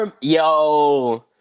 Yo